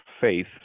faith